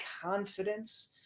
confidence